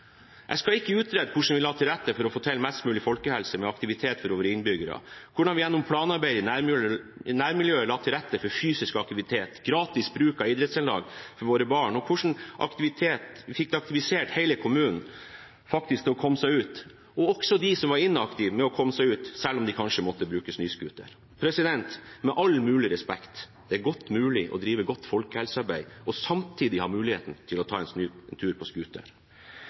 Jeg skal ikke utrede hvordan vi la til rette for å få til best mulig folkehelse med aktivitet for våre innbyggere, hvordan vi gjennom planarbeid i nærmiljøet la til rette for fysisk aktivitet, gratis bruk av idrettsanlegg for våre barn og hvordan vi fikk aktivisert hele kommunen til faktisk å komme seg ut, og også hvordan vi fikk de som var inaktive til å komme seg ut – selv om de kanskje måtte bruke snøscooter. Med all mulig respekt – det er godt mulig å drive godt folkehelsearbeid og samtidig ha muligheten til å ta en tur på scooter.